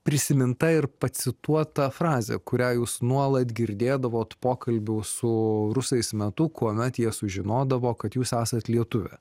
prisiminta ir pacituota frazė kurią jūs nuolat girdėdavot pokalbių su rusais metu kuomet jie sužinodavo kad jūs esat lietuvė